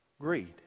Greed